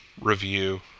review